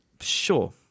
Sure